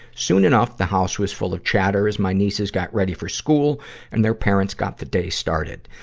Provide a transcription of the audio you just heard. soon enough, the house was full of chatter as my nieces got ready for school and their parents got the day started.